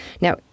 Now